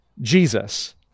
Jesus